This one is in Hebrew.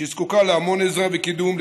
שזקוקה להמון עזרה וקידום,